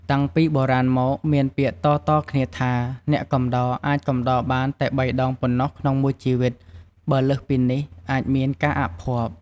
តាំងពីបុរាណមកមានពាក្យតៗគ្នាថា អ្នកកំដរអាចកំដរបានតែបីដងប៉ុណ្ណោះក្នុងមួយជីវិត បើលើសពីនេះអាចមានការអភ័ព្វ។